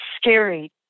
scary